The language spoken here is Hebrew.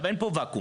אין פה ואקום,